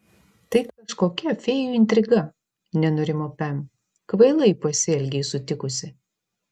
tai kažkokia fėjų intriga nenurimo pem kvailai pasielgei sutikusi